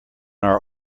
are